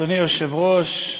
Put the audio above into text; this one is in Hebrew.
אדוני היושב-ראש,